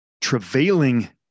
Travailing